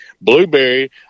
blueberry